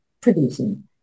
producing